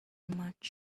much